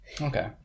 Okay